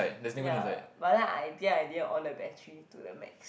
ya but then I think I didn't on the battery to the max